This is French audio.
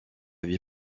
vie